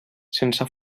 sense